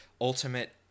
ultimate